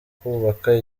kubaka